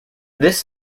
this